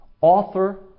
author